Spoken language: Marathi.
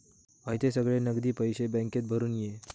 हयते सगळे नगदी पैशे बॅन्केत भरून ये